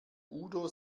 udo